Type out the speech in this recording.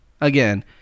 again